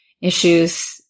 issues